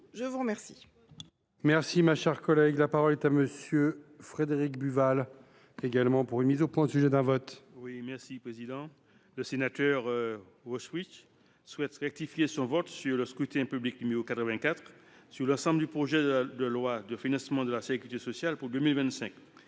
Je vous remercie